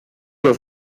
los